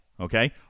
Okay